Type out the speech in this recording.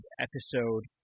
episode